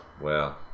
wow